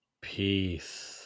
Peace